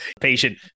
Patient